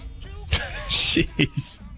Jeez